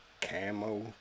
Camo